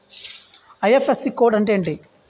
IFSC code అంటే ఏంటి?